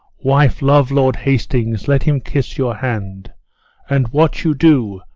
wife, love lord hastings, let him kiss your hand and what you do,